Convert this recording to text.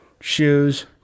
shoes